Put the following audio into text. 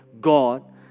God